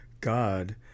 God